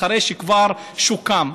אחרי שכבר שוקם,